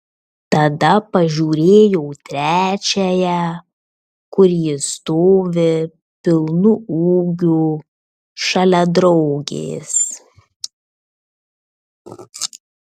tada pažiūrėjau trečiąją kur ji stovi pilnu ūgiu šalia draugės